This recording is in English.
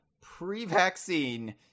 pre-vaccine